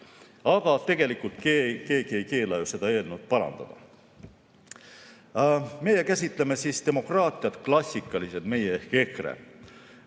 Aga tegelikult keegi ei keela ju seda eelnõu parandada. Meie käsitleme demokraatiat klassikaliselt, meie ehk